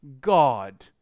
God